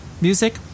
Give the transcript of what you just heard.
music